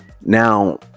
now